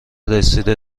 رسیده